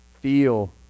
feel